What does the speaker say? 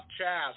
Chaz